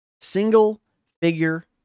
Single-figure